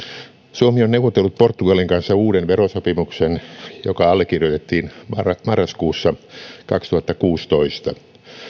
suomi on neuvotellut portugalin kanssa uuden verosopimuksen joka allekirjoitettiin marraskuussa kaksituhattakuusitoista